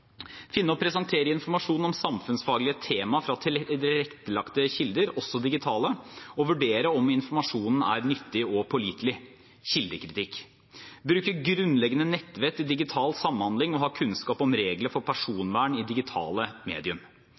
finne og presentere informasjon om samfunnsfaglige tema fra tilrettelagte kilder, også digitale, og vurdere om informasjonen er nyttig og pålitelig – altså kildekritikk bruke grunnleggende nettvett i digital samhandling og ha kunnskap om regler for personvern i digitale